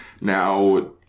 now